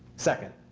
second,